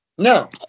No